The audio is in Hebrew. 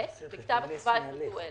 (ב)בכתב תשובה יפורטו אלה: